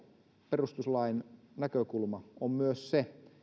perustuslain näkökulma on myös se